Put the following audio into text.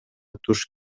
туш